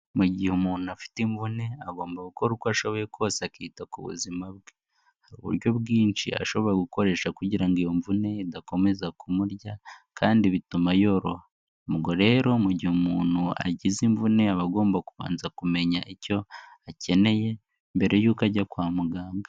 Mu gihe umuntu afite imvune, agomba gukora uko ashoboye kose akita ku buzima bwe, hari uburyo bwinshi ashobora gukoresha kugira ngo iyo mvune ye idakomeza kumurya, kandi bituma yoroha, ubwo rero mu gihe umuntu agize imvune aba agomba kubanza kumenya icyo akeneye mbere y'uko ajya kwa muganga.